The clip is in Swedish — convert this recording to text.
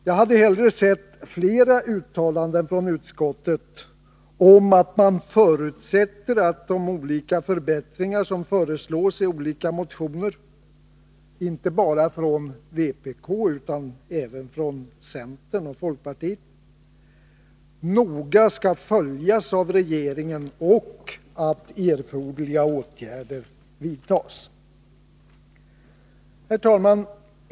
Jag hade hellre sett flera uttalanden från utskottet om att utskottet förutsätter att de förbättringar som föreslås i olika motioner — inte bara från vpk, utan även från centern och folkpartiet — noga skall studeras av regeringen och att erforderliga åtgärder skall vidtas. Herr talman!